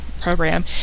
program